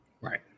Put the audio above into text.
right